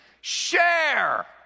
Share